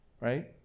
Right